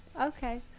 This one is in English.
okay